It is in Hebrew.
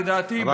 לדעתי,